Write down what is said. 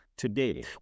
today